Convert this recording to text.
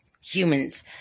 humans